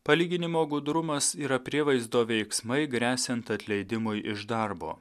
palyginimo gudrumas yra prievaizdo veiksmai gresiant atleidimui iš darbo